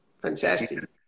fantastic